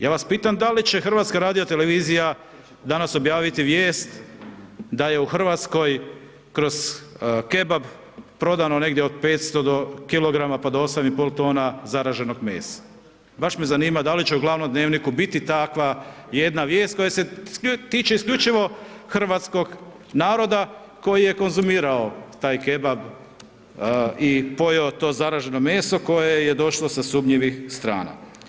Ja vas pitam da li će HRT danas objaviti vijest da je u Hrvatskoj kroz kebab prodano negdje od 500 kg pa do 8,5 t zaraženog mesa, baš me zanima da li će u glavnom Dnevniku biti takva jedna vijest koja se tiče isključivo hrvatskog naroda koji je konzumirao taj kebab i pojeo to zaraženo meso koje je došlo sa sumnjivih strana.